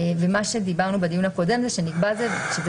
ומה שדיברנו בדיון הקודם זה שנקבע שזה